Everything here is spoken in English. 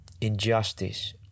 injustice